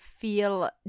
feel